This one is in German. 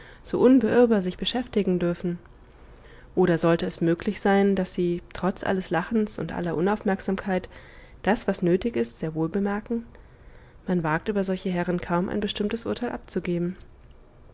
so unbeirrbar sich beschäftigen dürfen oder sollte es möglich sein daß sie trotz alles lachens und aller unaufmerksamkeit das was nötig ist sehr wohl bemerken man wagt über solche herren kaum ein bestimmtes urteil abzugeben